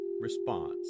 response